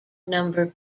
number